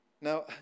Now